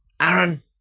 Aaron